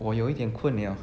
我有一点困了